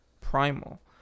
primal